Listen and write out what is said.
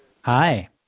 Hi